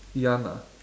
ngee ann ah